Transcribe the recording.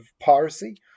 piracy